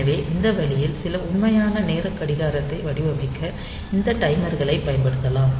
எனவே இந்த வழியில் சில உண்மையான நேர கடிகாரத்தை வடிவமைக்க இந்த டைமர்களைப் பயன்படுத்தலாம்